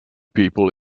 people